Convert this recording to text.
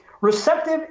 receptive